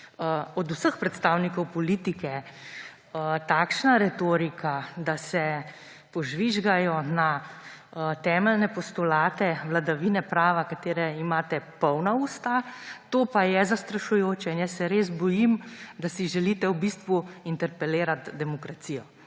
Od vseh predstavnikov politike takšna retorika, da se požvižgajo na temeljne postulate vladavine prava, ki je imate polna usta, to pa je zastrašujoče. Jaz se res bojim, da si želite v bistvu interpelirati demokracijo.